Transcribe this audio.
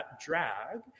drag